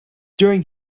during